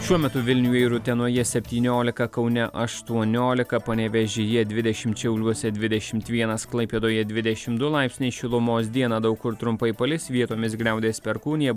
šiuo metu vilniuje ir utenoje septyniolika kaune aštuoniolika panevėžyje dvidešimt šiauliuose dvidešimt vienas klaipėdoje dvidešimt du laipsniai šilumos dieną daug kur trumpai palis vietomis griaudės perkūnija